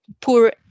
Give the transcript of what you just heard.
poor